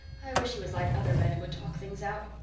i wish he was like other men and would talk things out.